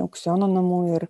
aukciono namų ir